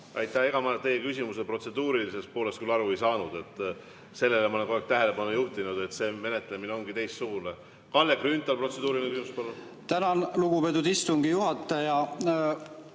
Aitäh! Ega ma teie küsimuse protseduurilisest poolest küll aru ei saanud. Sellele ma olen kogu aeg tähelepanu juhtinud, et see menetlemine ongi teistsugune. Kalle Grünthal, protseduuriline küsimus,